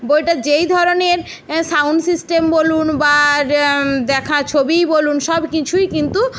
বইটা যেই ধরনের সাউন্ড সিস্টেম বলুন বা দেখা ছবিই বলুন সব কিছুই কিন্তু